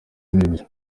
nibyo